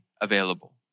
available